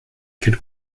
quelle